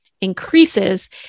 increases